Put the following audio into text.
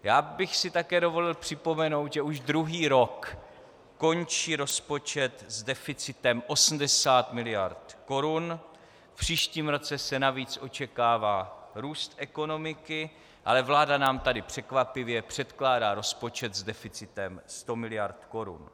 Já bych si také dovolil připomenout, že už druhý rok končí rozpočet s deficitem 80 miliard korun, v příštím roce se navíc očekává růst ekonomiky, ale vláda nám tady překvapivě předkládá rozpočet s deficitem 100 miliard korun.